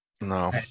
No